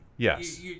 Yes